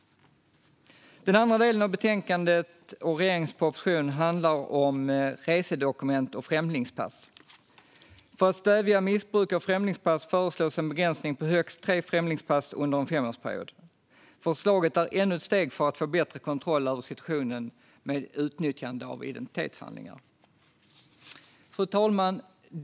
Den andra delen av betänkandet och regeringens proposition handlar om resedokument och främlingspass. För att stävja missbruk av främlingspass föreslås en begränsning på högst tre främlingspass under en femårsperiod. Förslaget är ännu ett steg för att få bättre kontroll över situationen med utnyttjande av identitetshandlingar. Fru talman!